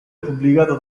pubblicato